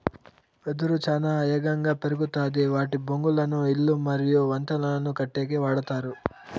వెదురు చానా ఏగంగా పెరుగుతాది వాటి బొంగులను ఇల్లు మరియు వంతెనలను కట్టేకి వాడతారు